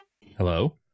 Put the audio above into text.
Hello